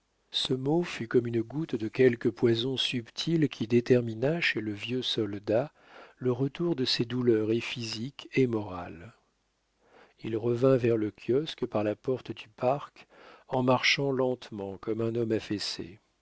ce mot fut comme une goutte de quelque poison subtil qui détermina chez le vieux soldat le retour de ses douleurs et physiques et morales il revint vers le kiosque par la porte du parc en marchant lentement comme un homme affaissé